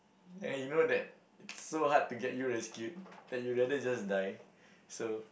and you know that it's so hard to get you escape that you'd rather just die so